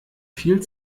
viel